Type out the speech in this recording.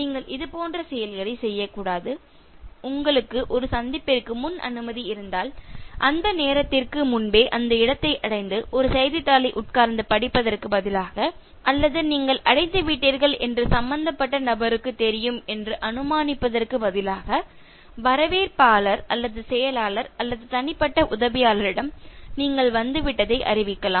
நீங்கள் இதுபோன்ற செயல்களைச் செய்யக்கூடாது உங்களுக்கு ஒரு சந்திப்பிற்கு முன் அனுமதி இருந்தால் அந்த நேரத்திற்கு முன்பே அந்த இடத்தை அடைந்து ஒரு செய்தித்தாளை உட்கார்ந்து படிப்பதற்குப் பதிலாக அல்லது நீங்கள் அடைந்துவிட்டீர்கள் என்று சம்பந்தப்பட்ட நபருக்குத் தெரியும் என்று அனுமானிப்பதற்க்கு பதிலாக வரவேற்பாளர் அல்லது செயலாளர் அல்லது தனிப்பட்ட உதவியாளரிடம் நீங்கள் வந்துவிட்டதை அறிவிக்கலாம்